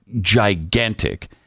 gigantic